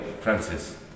Francis